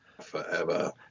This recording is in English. Forever